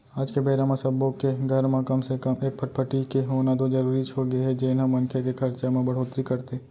आज के बेरा म सब्बो के घर म कम से कम एक फटफटी के होना तो जरूरीच होगे हे जेन ह मनखे के खरचा म बड़होत्तरी करथे